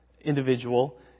individual